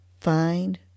find